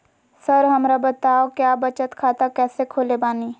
Sir हमरा बताओ क्या बचत खाता कैसे खोले बानी?